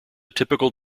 typical